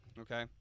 Okay